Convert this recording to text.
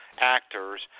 actors